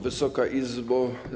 Wysoka Izbo!